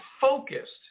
focused